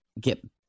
get